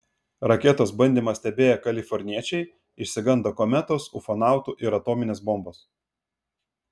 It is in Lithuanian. raketos bandymą stebėję kaliforniečiai išsigando kometos ufonautų ir atominės bombos